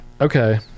okay